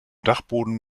dachboden